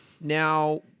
Now